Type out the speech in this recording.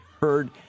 heard